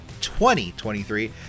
2023